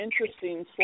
interesting